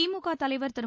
திமுக தலைவர் திரு